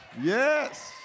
yes